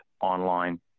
online